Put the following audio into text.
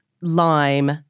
lime